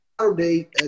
Saturday